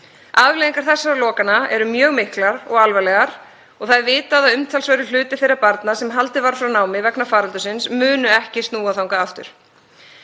Afleiðingar þessara lokana eru mjög miklar og alvarlegar og er vitað að umtalsverður hluti þeirra barna sem haldið var frá námi vegna faraldursins mun ekki snúa þangað aftur.